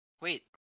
Wait